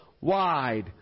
wide